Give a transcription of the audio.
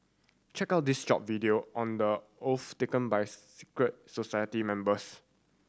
check out this short video on the oaths taken by secret society members